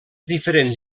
diferents